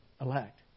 elect